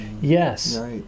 Yes